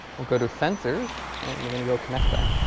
we'll go to sensors and we're going to go connect them.